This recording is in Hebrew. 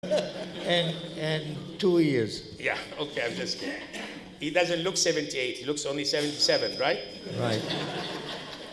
ו... ו... שני שניים כן, אוקיי, אני רק... הוא לא נראה 78, הוא נראה רק 77, נכון? נכון